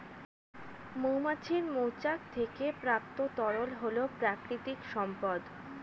মৌমাছির মৌচাক থেকে প্রাপ্ত তরল হল প্রাকৃতিক সম্পদ